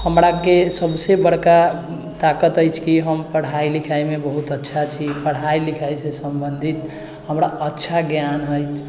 हमराके सबसँ बड़का ताकत अछि कि हम पढ़ाइ लिखाइमे बहुत अच्छा छी पढ़ाइ लिखाइसँ सम्बन्धित हमरा अच्छा ज्ञान हइ